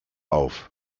auf